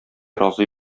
разый